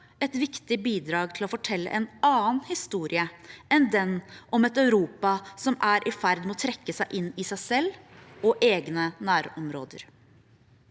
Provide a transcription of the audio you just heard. et viktig bidrag til å fortelle en annen historie enn den om et Europa som er i ferd med å trekke seg inn i seg selv og egne nærområder.